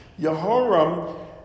Yehoram